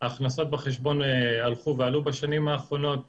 ההכנסות מהחשבון הלכו ועלו בשנים האחרונות